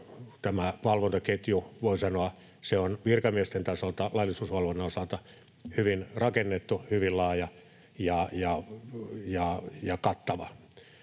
tämä valvontaketju on virkamiesten tasolta, laillisuusvalvonnan osalta, hyvin rakennettu, hyvin laaja ja kattava,